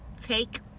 take